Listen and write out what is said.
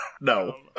No